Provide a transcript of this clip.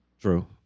True